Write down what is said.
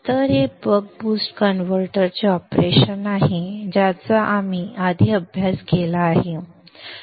तर हे buck boost कन्व्हर्टरचे ऑपरेशन आहे ज्याचा आम्ही आधी अभ्यास केला आहे